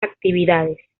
actividades